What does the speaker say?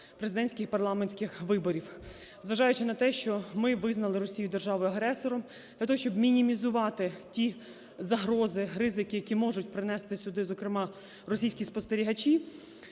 президентських і парламентських виборів, зважаючи на те, що ми визнали Росію державою-агресором. Для того, щоб мінімізувати ті загрози, ризики, які можуть принести сюди, зокрема, російські спостерігачі,